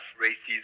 races